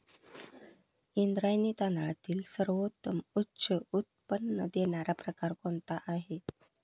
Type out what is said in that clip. इंद्रायणी तांदळातील सर्वोत्तम उच्च उत्पन्न देणारा प्रकार कोणता आहे?